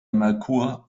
merkur